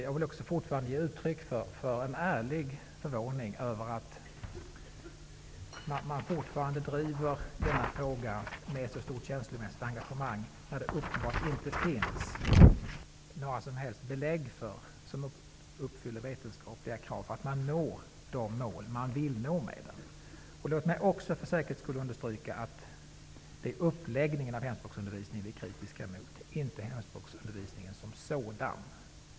Jag vill också igen ge uttryck för en ärlig förvåning över att man fortfarande driver denna fråga med så stort känslomässigt engagemang, när det uppenbart inte finns några som helst belägg, som uppfyller vetenskapliga krav, för att man når de mål man vill. Låt mig också för säkerhets skull understryka att det är uppläggningen av hemspråksundervisningen som vi är kritiska mot, inte hemspråksundervisningen som sådan.